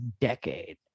decade